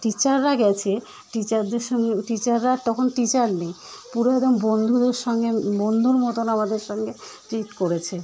টিচাররা গেছে টিচারদের সঙ্গে টিচাররা তখন টিচার নেই পুরো একদম বন্ধুদের সঙ্গে বন্ধুর মতোন আমাদের সঙ্গে ট্রিট করেছে